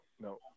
No